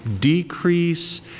decrease